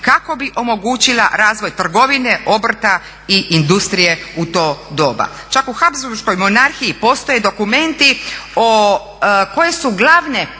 kako bi omogućila razvoj trgovine, obrta i industrije u to doba. Čak u Habsburškoj monarhiji postoje dokumenti koje su glavne